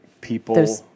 people